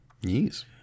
Yes